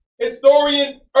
Historian